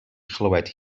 chlywed